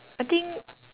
I think